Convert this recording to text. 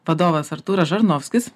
vadovas artūras žarnovskis